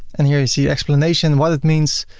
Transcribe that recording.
and here you see explanation what it means.